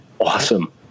awesome